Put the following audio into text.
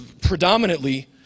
predominantly